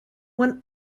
one